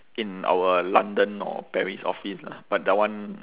in our london or paris office lah but that one